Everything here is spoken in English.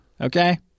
okay